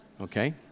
okay